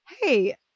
hey